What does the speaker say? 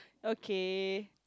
okay